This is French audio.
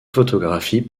photographie